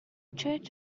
church